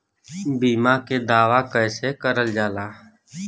बीमा के दावा कैसे करल जाला?